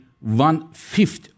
one-fifth